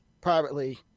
privately